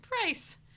price